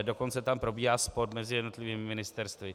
Dokonce tam probíhá spor mezi jednotlivými ministerstvy.